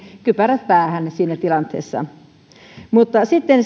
kypärät päähän siinä tilanteessa mutta sitten